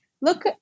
Look